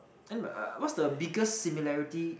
then uh what's the biggest similarity